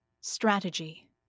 strategy